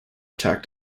attacked